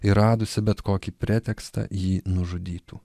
ir radusi bet kokį pretekstą jį nužudytų